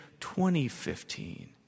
2015